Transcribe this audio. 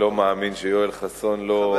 השר המקשר בין הממשלה לכנסת ישיב על השאילתא.